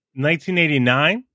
1989